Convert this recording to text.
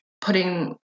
putting